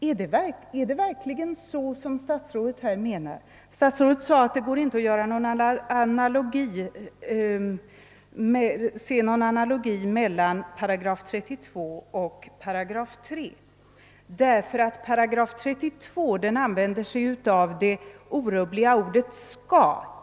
Är det verkligen så som statsrådet säger, när han påstår att man inte kan se någon analogi mellan 8 32 och 3 8 därför att det orubbliga ordet >skall» ingår i § 32.